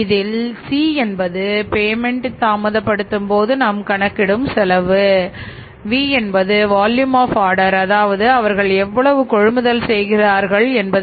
இதில் சி அதாவது அவர்கள் எவ்வளவு கொள்முதல் செய்கிறார்கள் என்பது